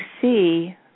see